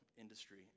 industry